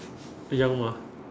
young mah